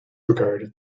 regard